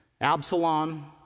Absalom